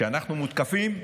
כשאנחנו מותקפים,